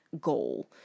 goal